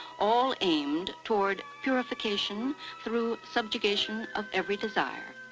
all aimed toward purification through subjugation of every desire,